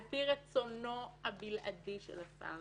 על פי רצונו הבלעדי של השר.